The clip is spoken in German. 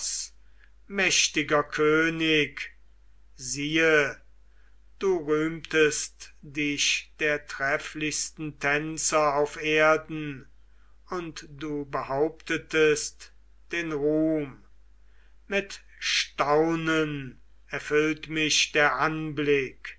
mächtigster könig siehe du rühmtest dich der trefflichsten tänzer auf erden und du behauptest den ruhm mit staunen erfüllt mich der anblick